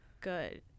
good